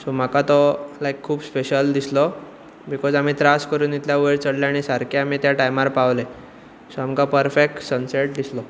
so म्हाका तो लायक खूब स्पेशल दिसलो बिकोज आमी त्रास करून इतल्या वयर चडले आनी सारके आमी त्या टायमार पावले सो आमकां पर्फेक्ट सनसेट दिसलो